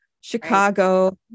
Chicago